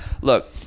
look